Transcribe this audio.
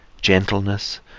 gentleness